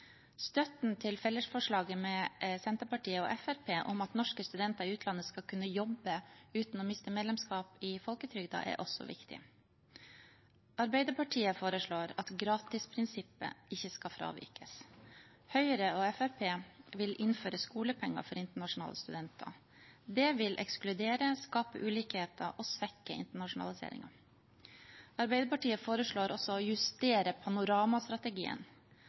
Støtten til fellesforslaget med Senterpartiet og Fremskrittspartiet om at norske studenter i utlandet skal kunne jobbe uten å miste medlemskap i folketrygden, er også viktig. Arbeiderpartiet foreslår at gratisprinsippet ikke skal fravikes. Høyre og Fremskrittspartiet vil innføre skolepenger for internasjonale studenter. Det vil ekskludere, skape ulikheter og svekke internasjonaliseringen. Arbeiderpartiet foreslår også å justere